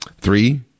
Three